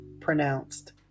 pronounced